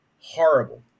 horrible